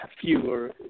fewer